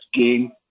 game